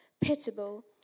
pitiable